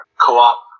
co-op